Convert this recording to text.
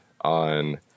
on